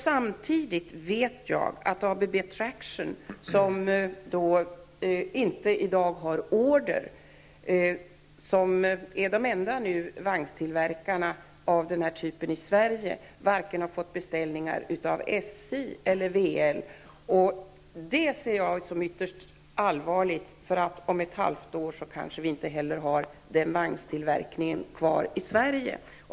Jag vet att ABB Traction, som är det enda företag i Sverige som tillverkar den här typen av vagnar, varken har fått beställningar av SJ eller VL. Det tycker jag är ytterst allvarligt. Om ett halvår kanske vi inte har den vagnstillverkningen kvar i Sverige.